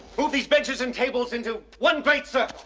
move these benches and tables into one great